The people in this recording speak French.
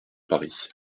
paris